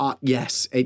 Yes